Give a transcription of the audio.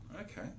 Okay